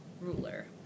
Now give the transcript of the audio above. ruler